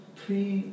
three